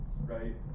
right